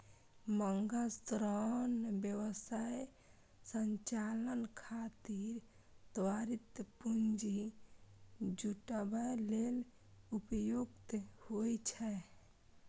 मांग ऋण व्यवसाय संचालन खातिर त्वरित पूंजी जुटाबै लेल उपयुक्त होइ छै